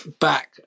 back